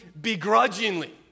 begrudgingly